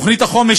תוכנית החומש,